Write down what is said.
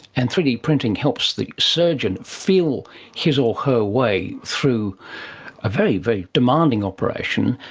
and three d printing helps the surgeon feel his or her way through a very, very demanding operation,